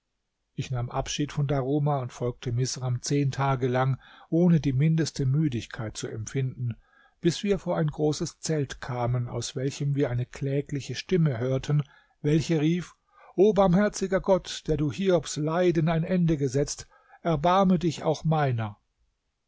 ich nahm abschied von daruma und folgte misram zehn tage lang ohne die mindeste müdigkeit zu empfinden bis wir vor ein großes zelt kamen aus welchem wir eine klägliche stimme hörten welche rief o barmherziger gott der du hiobs leiden ein ende gesetzt erbarme dich auch meiner